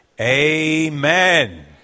Amen